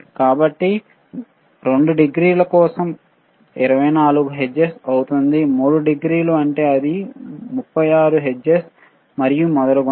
కాబట్టి 2 డిగ్రీల కోసం 24 హెర్ట్జ్ అవుతుంది 3 డిగ్రీ ఉంటే అది 36 హెర్ట్జ్ మరియు మొదలగునవి